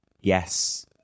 Yes